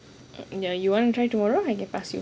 you want to try tomorrow I can pass you